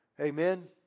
Amen